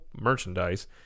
merchandise